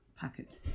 packet